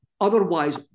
Otherwise